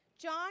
John